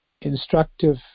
instructive